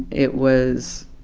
it was